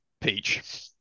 Peach